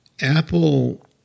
Apple